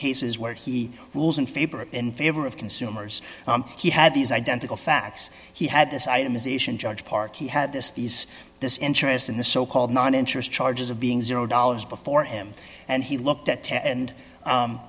cases where he rules and in favor of consumers he had these identical facts he had this item is asian judge parker he had this these this interest in the so called non interest charges of being zero dollars before him and he looked at